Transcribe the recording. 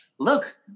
Look